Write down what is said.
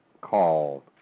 called